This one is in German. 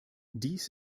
dies